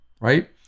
right